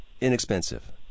inexpensive